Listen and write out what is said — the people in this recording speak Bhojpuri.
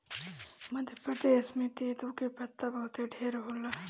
मध्य प्रदेश में तेंदू के पत्ता बहुते ढेर होला